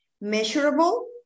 Measurable